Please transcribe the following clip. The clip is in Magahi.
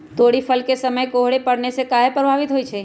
तोरी फुल के समय कोहर पड़ने से काहे पभवित होई छई?